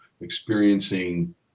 experiencing